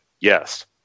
yes